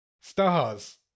Stars